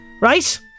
Right